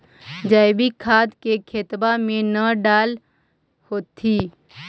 जैवीक खाद के खेतबा मे न डाल होथिं?